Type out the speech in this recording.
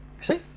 See